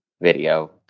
video